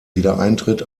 wiedereintritt